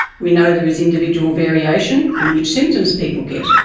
we know there is individual variation in which symptoms people get,